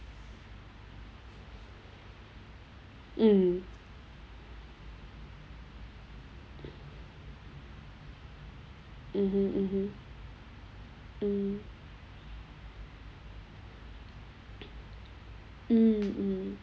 mm mmhmm mmhmm mm mm mm